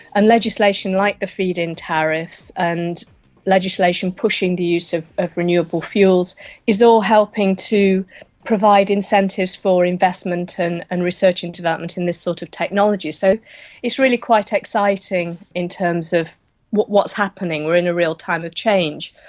and legislation like the feed-in tariffs and legislation pushing the use of of renewable fuels is all helping to provide incentives for investment and and research and development in this sort of technology. so it's really quite exciting in terms of what's happening, we're in a real time of change.